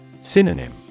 Synonym